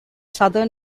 southern